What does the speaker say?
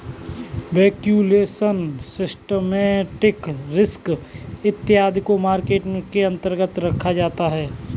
valuation, systematic risk इत्यादि को market के अंतर्गत रखा जाता है